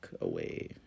Away